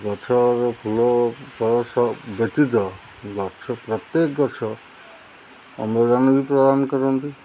ଗଛର ଫୁଲ ଫଳ ବ୍ୟତୀତ ଗଛ ପ୍ରତ୍ୟେକ ଗଛ ଅମ୍ଳଜାନ ବି ପ୍ରଦାନ କରନ୍ତି